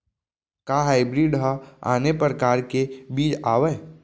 का हाइब्रिड हा आने परकार के बीज आवय?